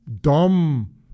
dumb